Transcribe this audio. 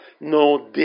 No